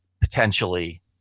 potentially